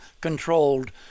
controlled